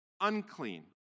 unclean